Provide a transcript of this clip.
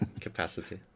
capacity